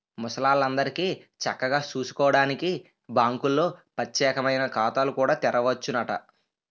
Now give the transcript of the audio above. ముసలాల్లందరికీ చక్కగా సూసుకోడానికి బాంకుల్లో పచ్చేకమైన ఖాతాలు కూడా తెరవచ్చునట